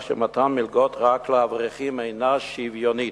שמתן מלגות רק לאברכים אינו שוויוני,